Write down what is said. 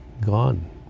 gone